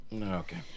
Okay